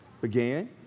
began